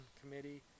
committee